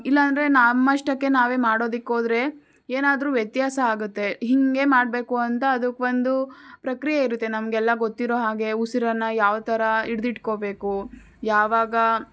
ಇಲ್ಲ ಅಂದರೆ ನಮ್ಮಷ್ಟಕ್ಕೆ ನಾವೇ ಮಾಡೋದಿಕ್ಕೆ ಹೋದ್ರೆ ಏನಾದ್ರೂ ವ್ಯತ್ಯಾಸ ಆಗುತ್ತೆ ಹೀಗೇ ಮಾಡಬೇಕು ಅಂತ ಅದಕ್ಕೆ ಒಂದು ಪ್ರಕ್ರಿಯೆ ಇರುತ್ತೆ ನಮಗೆಲ್ಲ ಗೊತ್ತಿರುವ ಹಾಗೆ ಉಸಿರನ್ನು ಯಾವ ಥರ ಹಿಡ್ದಿಟ್ಕೊಬೇಕು ಯಾವಾಗ